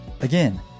Again